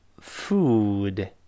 food